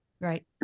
Right